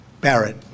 Barrett